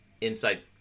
inside